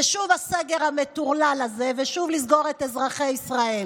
ושוב הסגר המטורלל הזה ושוב לסגור את אזרחי ישראל.